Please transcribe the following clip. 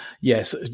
yes